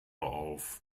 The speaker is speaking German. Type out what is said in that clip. auf